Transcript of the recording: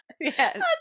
yes